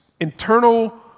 internal